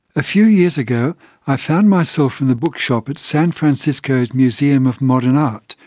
a few years ago i found myself in the bookshop at san francisco's museum of modern art,